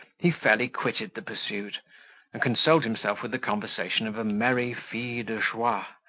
he fairly quitted the pursuit, and consoled himself with the conversation of a merry fille de joie,